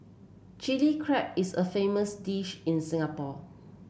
Chilli Crab is a famous dish in Singapore